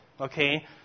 okay